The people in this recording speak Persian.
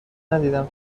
ندیدم